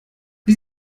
wie